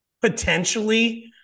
potentially